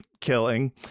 killing